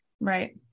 Right